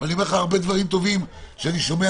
ואני אומר לך הרבה דברים טובים שאני שומע